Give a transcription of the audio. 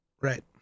Right